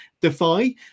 Defy